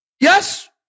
Yes